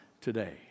today